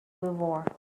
before